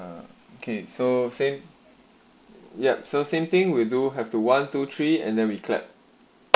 ah okay so same yap so same thing we do have the one two three and then we clap